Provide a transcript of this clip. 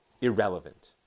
irrelevant